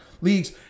leagues